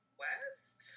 west